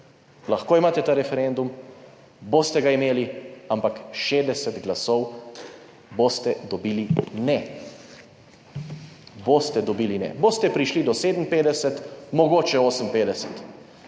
lahko imate ta referendum, boste ga imeli, ampak 60 glasov boste dobili ne. Boste dobili ne. Boste